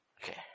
Okay